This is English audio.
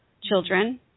children